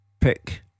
pick